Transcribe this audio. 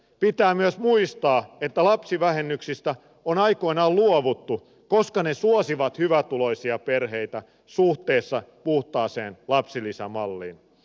pitää myös muistaa että lapsivähennyksistä on aikoinaan luovuttu koska ne suosivat hyvätuloisia perheitä suhteessa puhtaaseen lapsilisämalliin